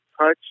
touch